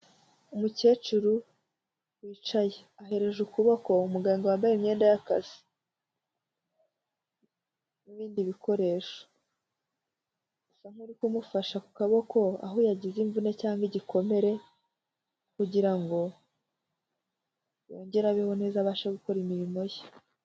Umukecuru wicaye. Ahereje ukuboko umuganga wambaye imyenda y'akazi n'ibindi bikoresho. Asa nk'uri kumufasha ku kaboko aho yagize imvune cyangwa igikomere kugira ngo yongere abeho neza abashe gukora imirimo ye.